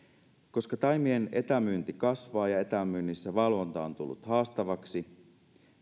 koska taimien etämyynti kasvaa ja etämyynnissä valvonta on tullut haastavaksi